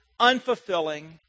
unfulfilling